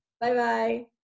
Bye-bye